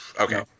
Okay